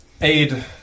aid